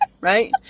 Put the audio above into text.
Right